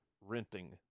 renting